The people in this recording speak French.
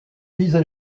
mises